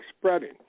spreading